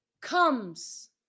comes